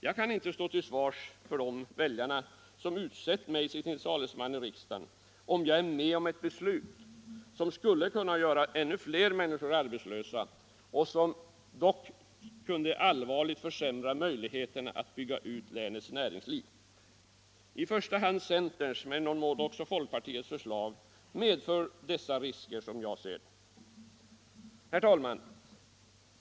Jag kan inte stå till svars för dem som utsett mig till sin talesman i riksdagen, om jag stöder ett beslut som skulle göra ännu fler människor arbetslösa och allvarligt försämra möjligheterna att bygga ut länets näringsliv. I första hand centerns men i någon mån också folkpartiets förslag medför, som jag ser det, dessa risker. Herr talman!